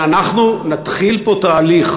שאנחנו נתחיל פה תהליך,